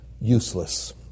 Useless